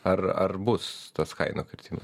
ar ar bus tas kainų kritimas